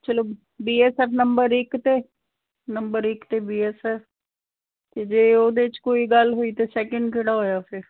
ਚੱਲੋ B S F number ਇੱਕ 'ਤੇ ਨੰਬਰ ਇੱਕ 'ਤੇ ਬੀ ਐਸ ਐਫ ਅਤੇ ਜੇ ਉਹਦੇ 'ਚ ਕੋਈ ਗੱਲ ਹੋਈ ਤਾਂ ਸੈਕਿੰਡ ਕਿਹੜਾ ਹੋਇਆ ਫਿਰ